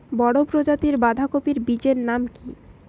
বড় প্রজাতীর বাঁধাকপির বীজের নাম কি?